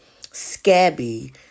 scabby